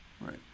Right